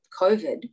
COVID